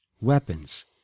weapons